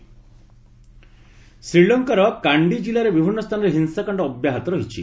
ଶ୍ରୀଲଙ୍କା ଶ୍ରୀଲଙ୍କାର କାଣ୍ଡି ଜିଲ୍ଲାର ବିଭିନ୍ନ ସ୍ଥାନରେ ହିଂସାକାଣ୍ଡ ଅବ୍ୟାହତ ରହିଛି